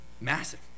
Massive